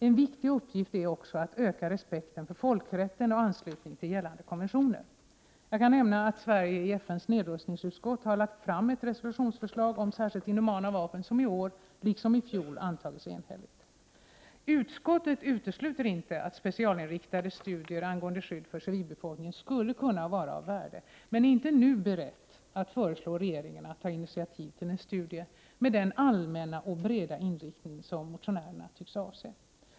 En viktig uppgift är också att öka respekten för folkrätten och anslutningen till gällande konventioner. Jag kan nämna att Sverige i FN:s nedrustningsutskott har lagt fram ett resolutionsförslag om särskilt inhumana vapen som i år, liksom i fjol, antagits enhälligt. Utskottet utesluter inte att specialinriktade studier angående skydd för civilbefolkning skulle kunna vara av värde men är inte nu berett att föreslå regeringen att ta initiativ till en studie med den allmänna och breda inriktning som motionärerna tycks avse.